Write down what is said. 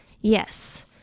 Yes